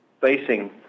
facing